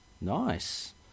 Nice